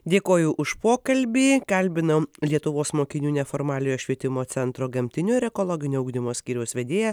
dėkoju už pokalbį kalbinom lietuvos mokinių neformaliojo švietimo centro gamtinio ir ekologinio ugdymo skyriaus vedėją